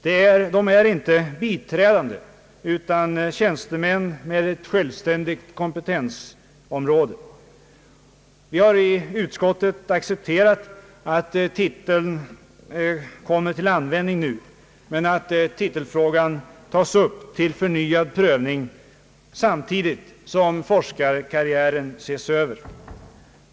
De är inte biträdande utan tjänstemän med ett självständigt kompetensområde. Vi har i utskottet accepterat att titeln kommer till användning nu, men titelfrågan bör tas upp till förnyad prövning samtidigt som forskarkarriären ses över.